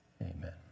Amen